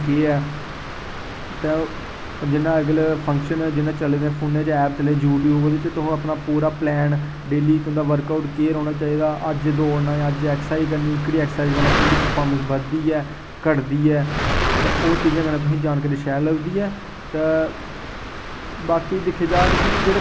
केह् ऐ ते जि'न्ना अगले फंक्शन जि'यां चले दे फोनै च ऐप चलै दे यूट्यूब च तुस अपना पूरा प्लान डेली तुं'दा वर्कआउट केह् रौह्ना चाहिदा अज्ज दौड़ना अज्ज एक्सरसाइज करनी एह्कड़ी एक्सरसाइज कन्नै तुं'दी परफॉरमेंस बधदी ऐ घटदी ऐ ते ओह् चीज़ां कन्नै तुसें गी जानकारी शैल लभदी ऐ ते बाकि दिक्खे जाह्ग की